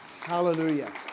Hallelujah